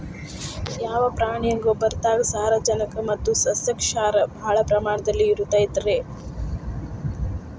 ಯಾವ ಪ್ರಾಣಿಯ ಗೊಬ್ಬರದಾಗ ಸಾರಜನಕ ಮತ್ತ ಸಸ್ಯಕ್ಷಾರ ಭಾಳ ಪ್ರಮಾಣದಲ್ಲಿ ಇರುತೈತರೇ?